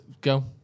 Go